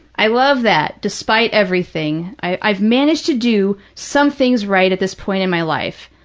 i love that, despite everything, i've managed to do some things right at this point in my life.